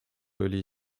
oli